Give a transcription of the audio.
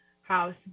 House